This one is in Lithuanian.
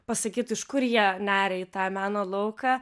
pasakytų iš kur jie neria į tą meno lauką